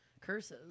curses